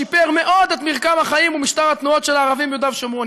שיפר מאוד את מרקם החיים ואת משטר התנועות של הערבים ביהודה ושומרון.